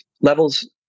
levels